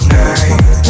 night